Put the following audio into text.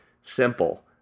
simple